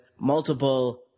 multiple